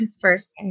First